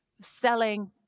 selling